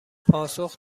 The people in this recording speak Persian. پاسخ